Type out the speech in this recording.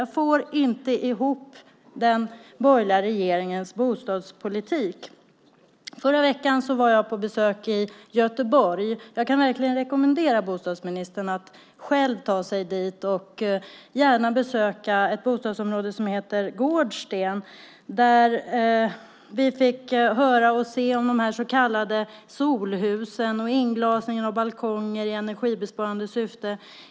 Jag får inte ihop den borgerliga regeringens bostadspolitik! Förra veckan var jag på besök i Göteborg. Jag kan verkligen rekommendera bostadsministern att själv ta sig dit och gärna besöka ett bostadsområde som heter Gårdsten. Där fick vi höra om och se de så kallade solhusen och inglasningen av balkonger i energibesparande syfte.